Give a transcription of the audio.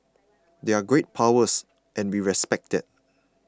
they're great powers and we respect that